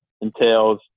entails